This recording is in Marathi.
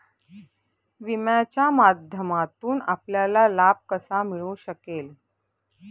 विम्याच्या माध्यमातून आपल्याला लाभ कसा मिळू शकेल?